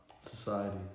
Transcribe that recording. Society